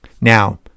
Now